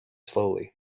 slowly